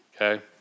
Okay